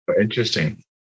Interesting